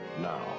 Now